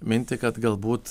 mintį kad galbūt